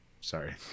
Sorry